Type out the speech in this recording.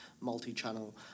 multi-channel